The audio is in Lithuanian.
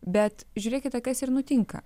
bet žiūrėkite kas ir nutinka